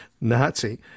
Nazi